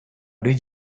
did